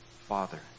Father